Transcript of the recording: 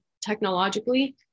technologically